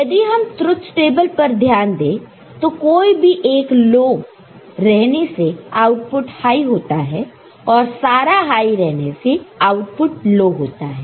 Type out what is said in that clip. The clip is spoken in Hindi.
यदि हम ट्रुथ टेबल पर ध्यान दें तो कोई भी एक लो रहने से आउटपुट हाई होता है और सारा हाई रहने से आउटपुट लो होता है